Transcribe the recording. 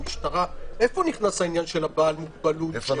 איפה נכנס העניין של בעל המוגבלות?